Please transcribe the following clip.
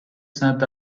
saint